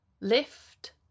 lift